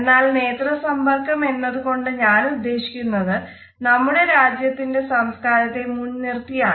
എന്നാൽ നേത്ര സമ്പർക്കം എന്നത് കൊണ്ട് ഞാൻ ഉദ്ദേശിക്കുന്നത് നമ്മുടെ രാജ്യത്തിന്റെ സംസ്കാരത്തെ മുൻനിർത്തി ആണ്